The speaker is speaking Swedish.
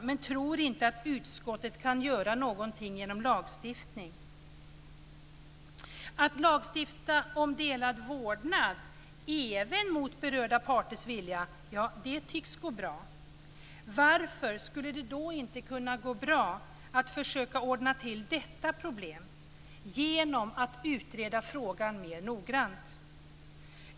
Man tror dock inte att utskottet kan göra någonting genom lagstiftning. Att lagstifta om delad vårdnad, även mot berörda parters vilja, tycks gå bra. Varför skulle det då inte kunna gå bra att försöka ordna till detta problem genom att mera noga utreda frågan?